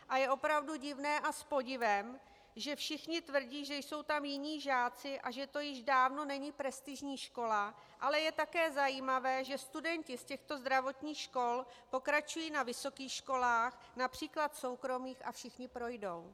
A je opravdu divné a s podivem, že všichni tvrdí, že jsou tam jiní žáci a že to již dávno není prestižní škola, ale je také zajímavé, že studenti z těchto zdravotních škol pokračují na vysokých školách, např. soukromých, a všichni projdou.